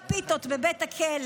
לשקר, לשקר.